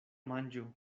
manĝo